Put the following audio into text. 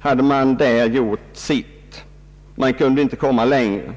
hade gjort sitt — man kunde inte komma längre.